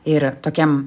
ir tokiam